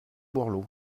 borloo